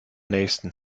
nähesten